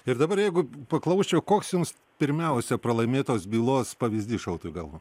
ir dabar jeigu paklausčiau koks jums pirmiausia pralaimėtos bylos pavyzdys šautų į galvą